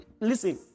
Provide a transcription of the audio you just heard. Listen